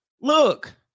Look